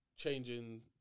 changing